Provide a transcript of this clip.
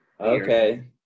Okay